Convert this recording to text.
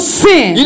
sin